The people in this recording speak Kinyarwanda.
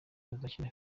bazakina